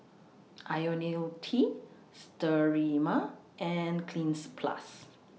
Ionil T Sterimar and Cleanz Plus